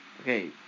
Okay